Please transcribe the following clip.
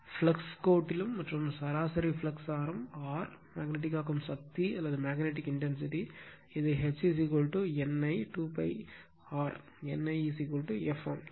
flux கோட்டிலும் மற்றும் சராசரி ஃப்ளக்ஸ் ஆரம் R மேக்னட்டிக் ஆக்கும் சக்தி அல்லது மேக்னட்டிக் இன்டென்சிடி இதை H NI 2 π ஆர்